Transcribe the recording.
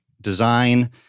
design